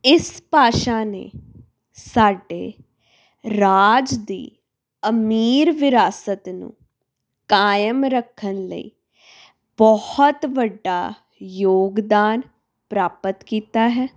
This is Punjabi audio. ਇਸ ਭਾਸ਼ਾ ਨੇ ਸਾਡੇ ਰਾਜ ਦੀ ਅਮੀਰ ਵਿਰਾਸਤ ਨੂੰ ਕਾਇਮ ਰੱਖਣ ਲਈ ਬਹੁਤ ਵੱਡਾ ਯੋਗਦਾਨ ਪ੍ਰਾਪਤ ਕੀਤਾ ਹੈ